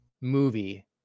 movie